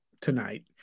tonight